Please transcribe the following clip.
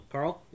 Carl